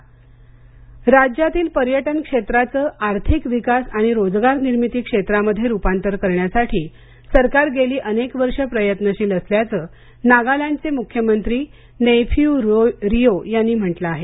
नागलँड पर्यटन राज्यातील पर्यटन क्षेत्राचं आर्थिक विकास आणि रोजगार निर्मिती क्षेत्रामध्ये रुपांतर करण्यासाठी सरकार गेली अनेक वर्षे प्रयत्नशील असल्याचं नागलँडचे मुख्यमंत्री नेइफियु रियो यांनी म्हंटल आहे